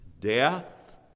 Death